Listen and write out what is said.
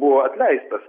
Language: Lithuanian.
buvo atleistas